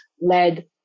led